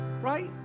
right